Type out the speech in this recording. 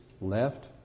left